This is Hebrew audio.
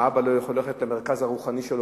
האבא לא יכול ללכת למרכז הרוחני שלו,